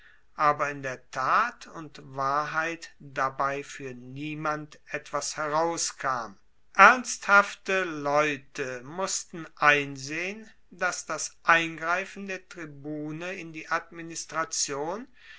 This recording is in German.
aber in der tat und wahrheit dabei fuer niemand etwas herauskam ernsthafte leute mussten einsehen dass das eingreifen der tribune in die administration